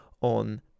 on